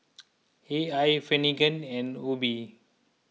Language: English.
A I Finnegan and Obe